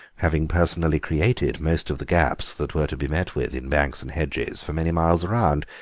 having personally created most of the gaps that were to be met with in banks and hedges for many miles round.